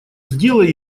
сделай